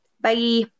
bye